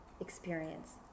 experience